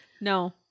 No